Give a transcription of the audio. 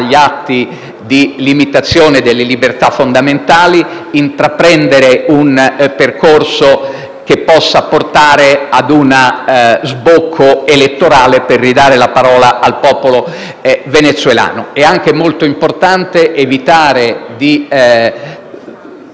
agli atti di limitazione delle libertà fondamentali, intraprendere un percorso che possa portare ad uno sbocco elettorale per ridare la parola al popolo venezuelano. È anche molto importante evitare di